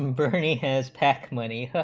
um bernie has pac money